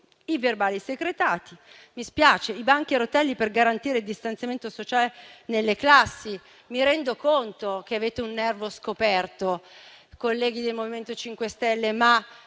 i verbali secretati; i banchi a rotelle - mi spiace dirlo - per garantire il distanziamento sociale nelle classi. Mi rendo conto che avete un nervo scoperto, colleghi del MoVimento 5 Stelle, ma